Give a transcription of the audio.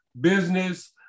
business